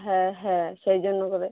হ্যাঁ হ্যাঁ সেই জন্য করে